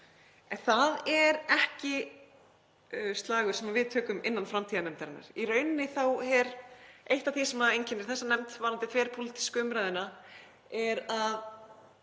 en það er ekki slagur sem við tökum innan framtíðarnefndarinnar. Í rauninni er eitt af því sem einkennir þessa nefnd varðandi þverpólitísku umræðuna — og